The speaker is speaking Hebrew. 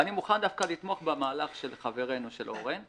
אני מוכן לתמוך במהלך של חברנו אורן חזן,